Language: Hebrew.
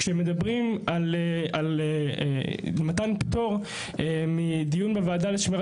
כשמדברים על מתן פטור מדיון בוועדה לשמירה